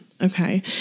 okay